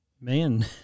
man